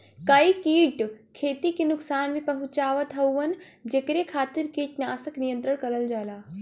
कई कीट खेती के नुकसान भी पहुंचावत हउवन जेकरे खातिर कीटनाशक नियंत्रण करल जाला